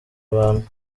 abantu